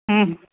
ہوں